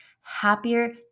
happier